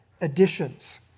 additions